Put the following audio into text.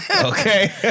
Okay